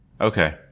Okay